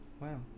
Wow